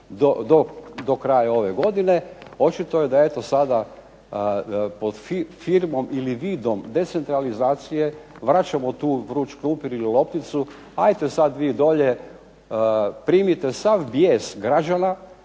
do kraja ove godine, očito je da eto sada pod firmom ili vidom decentralizacije vraćamo tu vruć krumpir ili lopticu, ajte sad vi dolje, primite sav bijes građana